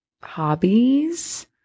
Hobbies